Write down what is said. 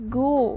go